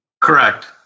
Correct